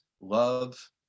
love